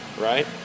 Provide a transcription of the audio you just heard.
Right